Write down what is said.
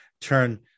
turn